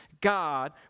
God